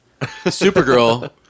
Supergirl